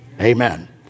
Amen